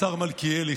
השר מלכיאלי,